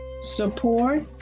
support